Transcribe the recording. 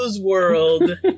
world